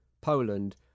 Poland